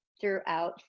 throughout